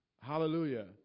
Hallelujah